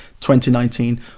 2019